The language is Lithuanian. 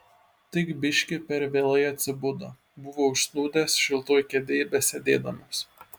tik biški per vėlai atsibudo buvo užsnūdęs šiltoj kėdėj besėdėdamas